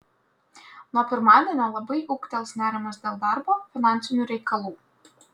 nuo pirmadienio labai ūgtels nerimas dėl darbo finansinių reikalų